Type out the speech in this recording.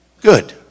Good